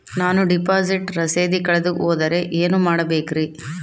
ನಾನು ಡಿಪಾಸಿಟ್ ರಸೇದಿ ಕಳೆದುಹೋದರೆ ಏನು ಮಾಡಬೇಕ್ರಿ?